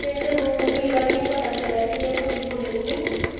ते फिर दूई बारी मिगी पता चलेआ की एह् पूड़ी फुल्लनी ही